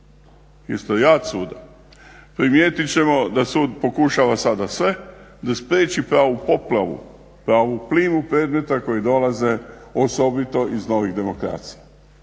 isto rad suda, primijetit ćemo da sud pokušava sada sve, da spriječi pravu poplavu, pravu plimu predmeta koji dolaze osobito iz novih demokracija.